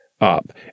up